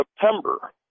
september